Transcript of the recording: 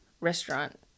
restaurant